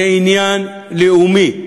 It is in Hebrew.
זה עניין לאומי,